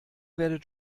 werdet